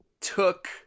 took